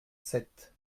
sept